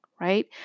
right